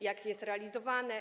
Jak to jest realizowane?